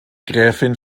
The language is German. gräfin